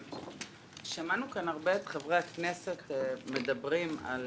שמענו כאן הרבה את חברי הכנסת מדברים על